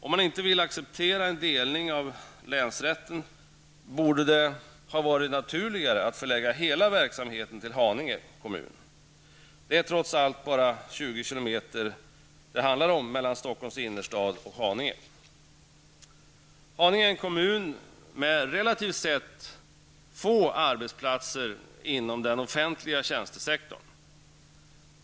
Om man inte vill acceptera en delning av länsrätten, bör det därför vara naturligare att förlägga hela verksamheten till Haninge kommun. Det är trots allt bara 20 km mellan Stockholms innerstad och Haninge. Haninge är en kommun med relativt sett få arbetsplatser inom den offentliga tjänstesektorn.